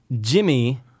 Jimmy